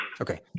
okay